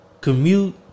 commute